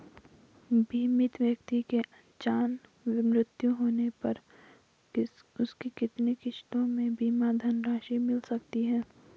बीमित व्यक्ति के अचानक मृत्यु होने पर उसकी कितनी किश्तों में बीमा धनराशि मिल सकती है?